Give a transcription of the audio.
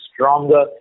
stronger